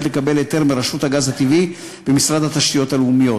לקבל היתר מרשות הגז הטבעי במשרד התשתיות הלאומיות,